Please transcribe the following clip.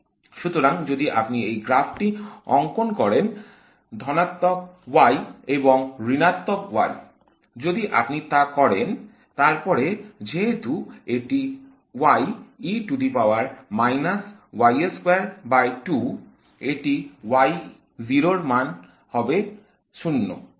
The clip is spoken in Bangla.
সুতরাং যদি আপনি এই গ্রাফটি অঙ্কন করেন ধনাত্মক y এবং ঋণাত্মক y যদি আপনি তা করেন তারপর যেহেতু এটি এটির y এর 0 এর মান 0